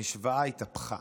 המשוואה התהפכה,